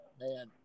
Man